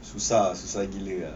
susah susah gila ah